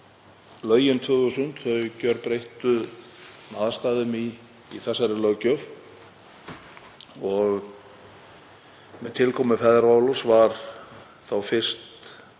árið 2000 gjörbreyttu aðstæðum í þessari löggjöf og með tilkomu feðraorlofs var þá fyrst